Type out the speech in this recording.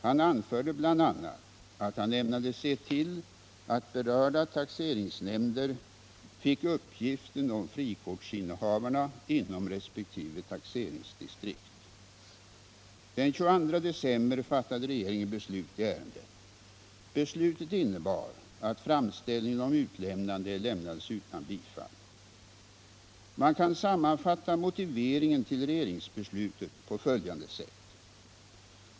Han anförde bl.a. att han ämnade se till att berörda taxeringsnämnder fick uppgiften om frikortsinnehavarna inom resp. taxeringsdistrikt. Den 22 december fattade regeringen beslut i ärendet. Beslutet innebar att framställningen om utlämnande lämnades utan bifall. Man kan sammanfatta motiveringen till regeringsbeslutet på följande sätt.